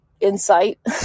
insight